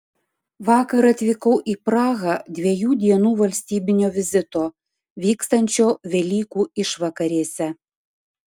vakar atvykau į prahą dviejų dienų valstybinio vizito vykstančio velykų išvakarėse